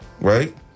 right